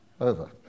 over